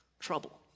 Trouble